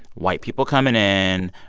white people coming in,